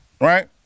right